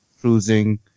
cruising